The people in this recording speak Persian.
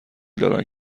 دادند